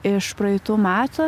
iš praeitų metų